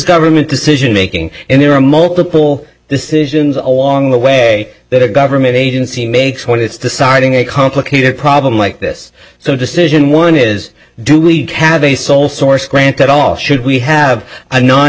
government decision making and there are multiple this isn't a long the way that a government agency makes when it's deciding a complicated problem like this so decision one is do we have a sole source grant at all should we have a non